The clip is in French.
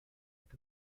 est